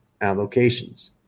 allocations